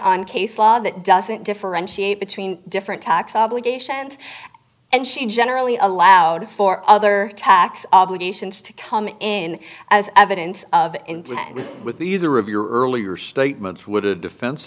on case law that doesn't differentiate between different tax obligations and she generally allowed for other tax obligations to come in as evidence of intent was with either of your earlier statements would a defen